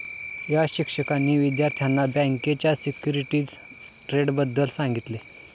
या शिक्षकांनी विद्यार्थ्यांना बँकेच्या सिक्युरिटीज ट्रेडबद्दल सांगितले